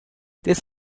this